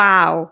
Wow